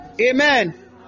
Amen